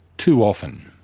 too often.